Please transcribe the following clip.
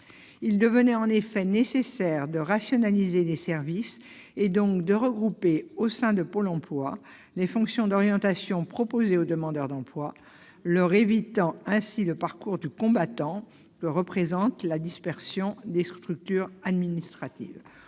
Il devenait en effet nécessaire de rationaliser les services et donc de regrouper au sein de Pôle emploi les fonctions d'orientation proposées aux demandeurs d'emploi afin de leur éviter le parcours du combattant que représente la dispersion des structures administratives.